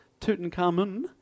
Tutankhamun